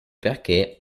perché